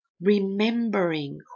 remembering